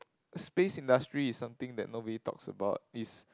space industry is something that nobody talks about is